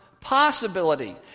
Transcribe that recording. possibility